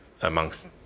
amongst